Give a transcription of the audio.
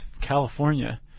California